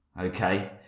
okay